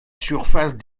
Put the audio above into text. surface